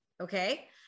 Okay